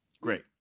Great